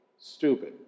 stupid